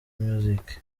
music